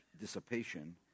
dissipation